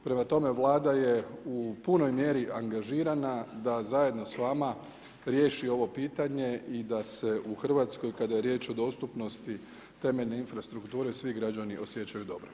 Prema tome, Vlada je u punoj mjeri angažirana da zajedno s vama riješi ovo pitanje i da se u Hrvatskoj kada je riječ o dostupnosti temeljne infrastrukture svi građani osjećaju dobro.